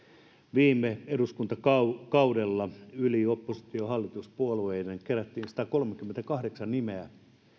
viime eduskuntakaudella yli oppositio ja hallituspuoluerajojen kerättiin satakolmekymmentäkahdeksan nimeä